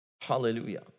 hallelujah